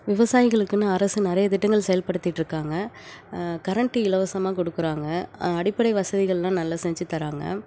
விவசாயிகளுக்குன்னு அரசு நிறைய திட்டங்கள் செயல்படுத்திட்டிருக்காங்க கரண்ட்டு இலவசமாக கொடுக்கறாங்க அடிப்படை வசதிகளெலாம் நல்லா செஞ்சு தராங்க